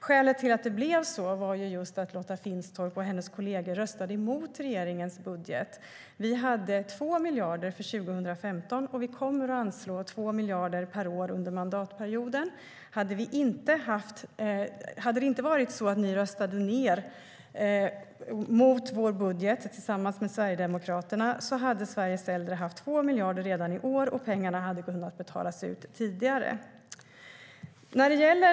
Skälet till att det blev så var att Lotta Finstorp och hennes kollegor röstade emot regeringens budget. Vi hade 2 miljarder för 2015, och vi kommer att anslå 2 miljarder per år under mandatperioden. Om ni inte hade röstat emot vår budget tillsammans med Sverigedemokraterna, Lotta Finstorp, hade Sveriges äldre haft 2 miljarder redan i år, och pengarna hade kunnat betalas ut tidigare.